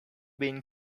been